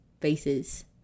faces